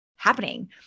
happening